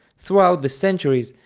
throughout the centuries,